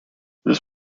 this